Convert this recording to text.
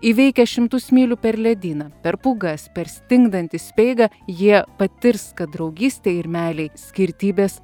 įveikęs šimtus mylių per ledyną per pūgas per stingdantį speigą jie patirs kad draugystei ir meilei skirtybės